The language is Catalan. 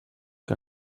que